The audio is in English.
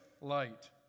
light